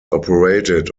operated